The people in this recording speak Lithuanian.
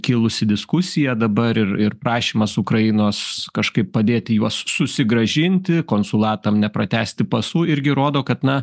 kilusi diskusija dabar ir ir prašymas ukrainos kažkaip padėti juos susigrąžinti konsulatam nepratęsti pasų irgi rodo kad na